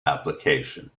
application